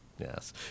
yes